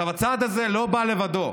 הצעד הזה לא בא לבדו.